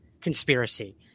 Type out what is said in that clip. conspiracy